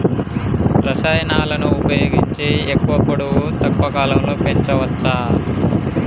రసాయనాలను ఉపయోగించి ఎక్కువ పొడవు తక్కువ కాలంలో పెంచవచ్చా?